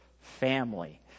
family